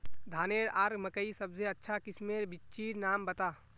धानेर आर मकई सबसे अच्छा किस्मेर बिच्चिर नाम बता?